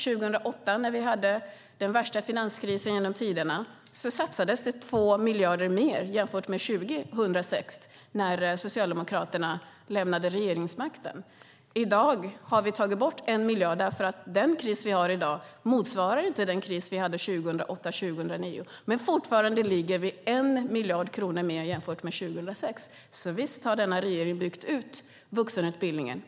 År 2008 när vi hade den värsta finanskrisen genom tiderna satsades det 2 miljarder mer jämfört med 2006 när Socialdemokraterna lämnade regeringsmakten. I dag har vi tagit bort 1 miljard eftersom den kris vi har i dag inte motsvarar den kris vi hade 2008-2009. Fortfarande ligger vi på 1 miljard kronor mer jämfört med 2006 så visst har denna regering byggt ut vuxenutbildningen.